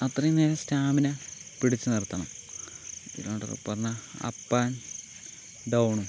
അത്രയും നേരം സ്റ്റാമിന പിടിച്ചു നിർത്തണം കിലോമീറ്ററെന്നു പറഞ്ഞാൽ അപ്പ് ആൻഡ് ഡൗൺ